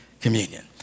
communion